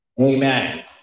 Amen